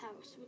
house